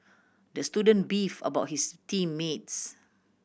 the student beef about his team mates